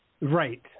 Right